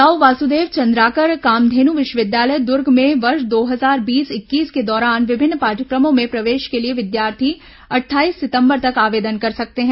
दाऊ वासुदेव चद्राकर कामधेनु विश्वविद्यालय दुर्ग में वर्ष दो हजार बीस इक्कीस के दौरान विभिन्न पाठ्यक्रमों में प्रवेश के लिए विद्यार्थी अट्ठाईस सितंबर तक आवेदन कर सकते हैं